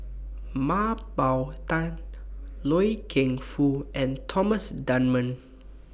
Mah Bow Tan Loy Keng Foo and Thomas Dunman